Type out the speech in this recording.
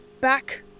Back